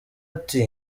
ati